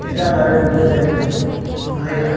ᱮᱴᱟᱜ ᱫᱟᱨᱮ ᱵᱩᱴᱟᱹᱨᱮ ᱧᱩᱨᱦᱟᱹᱭᱟ